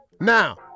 Now